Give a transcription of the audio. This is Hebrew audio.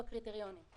כי הן עמדו בקריטריונים.